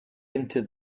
into